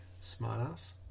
smartass